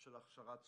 של הכשרת צוותים.